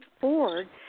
Ford